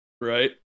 right